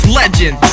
legend